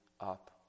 up